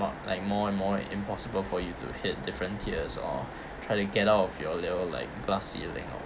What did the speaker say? more like more and more impossible for you to hit different tiers or try to get out of your level like glass ceiling or